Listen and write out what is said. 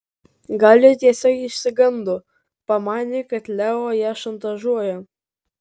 gal ji tiesiog išsigando pamanė kad leo ją šantažuoja